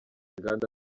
inganda